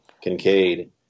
Kincaid